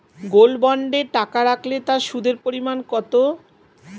Gold বন্ডে টাকা রাখলে তা সুদের পরিমাণ কত?